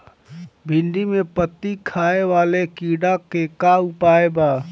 भिन्डी में पत्ति खाये वाले किड़ा के का उपाय बा?